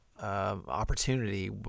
opportunity